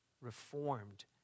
reformed